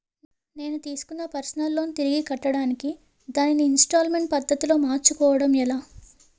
నేను తిస్కున్న personal loan తిరిగి కట్టడానికి దానిని ఇంస్తాల్మేంట్ పద్ధతి లో మార్చుకోవడం ఎలా?